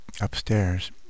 upstairs